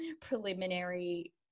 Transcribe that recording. preliminary